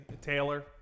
Taylor